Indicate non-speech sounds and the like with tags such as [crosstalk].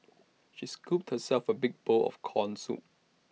[noise] she scooped herself A big bowl of Corn Soup